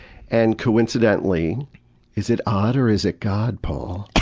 and coincidentally is it odd or is it god, paul?